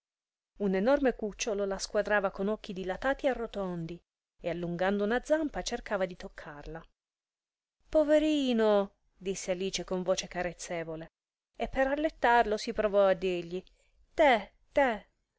un enorme cucciolo la squadrava con occhi dilatati e rotondi e allungando una zampa cercava di toccarla poverino disse alice con voce carezzevole e per allettarlo si provò a dirgli te te